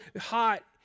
hot